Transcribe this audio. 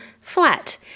flat